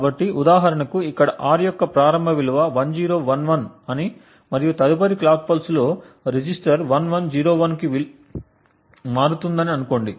కాబట్టి ఉదాహరణకు ఇక్కడ R యొక్క ప్రారంభ విలువ 1011 అని మరియు తదుపరి క్లాక్ పల్స్ లో రిజిస్టర్ 1101 విలువకు మారుతుందని అనుకోండి